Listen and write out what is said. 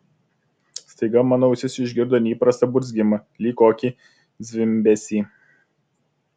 staiga mano ausis išgirdo neįprastą burzgimą lyg kokį zvimbesį